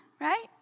right